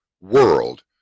world